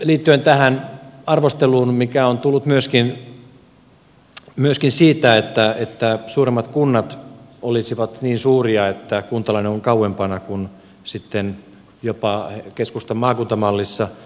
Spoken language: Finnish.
liittyen tähän arvosteluun mikä on tullut myöskin siitä että suurimmat kunnat olisivat niin suuria että kuntalainen on kauempana kuin sitten jopa keskustan maakuntamallissa